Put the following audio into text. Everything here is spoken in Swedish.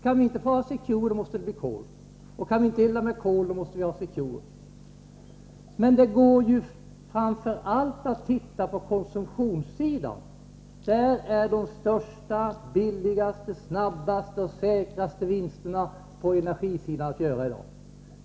Kan vi inte få ha Secure, måste det bli kol, och kan vi inte elda med kol måste vi ha Secure. Men det går ju framför allt att titta på konsumtionssidan. Där är de största, viktigaste, snabbaste och säkraste vinsterna på energisidan att göra i dag.